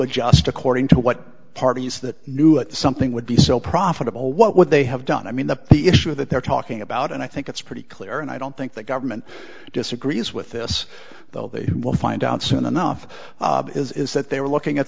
adjust according to what parties that knew something would be so profitable what would they have done i mean the the issue that they're talking about and i think it's pretty clear and i don't think the government disagrees with this though they will find out soon enough is that they are looking at